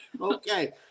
okay